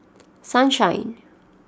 Sunshine